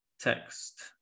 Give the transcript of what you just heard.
text